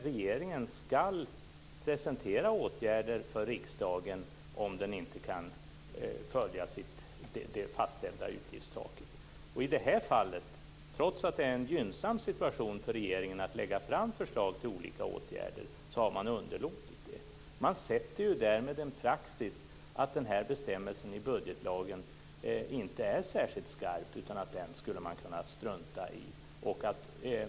Regeringen skall presentera åtgärder för riksdagen, om den inte kan följa det fastställda utgiftstaket. I det här fallet har man, trots att det är en gynnsam situation för regeringen att lägga fram förslag till olika åtgärder, underlåtit att göra detta. Man etablerar därmed en praxis att den här bestämmelsen i budgetlagen inte är särskilt skarp utan att man skulle kunna strunta i den.